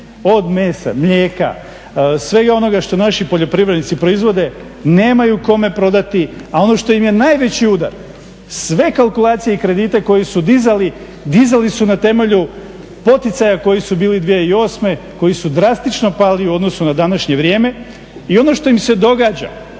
od mesa, mlijeka, svega onoga što naši poljoprivrednici proizvode nemaju kome prodati, a ono što im je najveći udar sve kalkulacije i kredite koje su dizali, dizali su na temelju poticaja koji su bili 2008., koji su drastično pali u odnosu na današnje vrijeme. I ono što im se događa